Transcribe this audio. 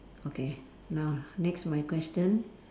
okay now lah next my question